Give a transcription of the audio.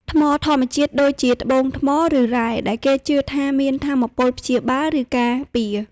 ថ្មធម្មជាតិ ដូចជា ត្បូងថ្ម ឬរ៉ែ ដែលគេជឿថាមានថាមពលព្យាបាល ឬការពារ។